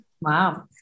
Wow